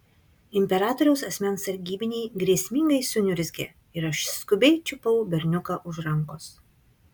imperatoriaus asmens sargybiniai grėsmingai suniurzgė ir aš skubiai čiupau berniuką už rankos